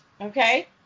okay